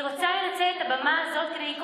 אני רוצה לנצל את הבמה הזאת כדי לקרוא